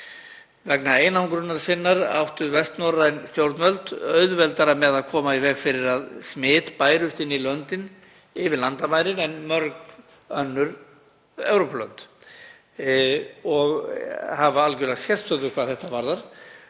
Vegna einangrunar sinnar áttu vestnorræn stjórnvöld auðveldara með að koma í veg fyrir að smit bærust inn í löndin yfir landamærin en mörg önnur Evrópulönd og hafa algjöra sérstöðu hvað þetta varðar.